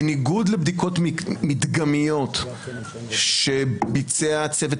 בניגוד לבדיקות מדגמיות שביצע צוות